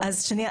אז שנייה,